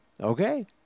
okay